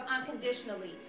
unconditionally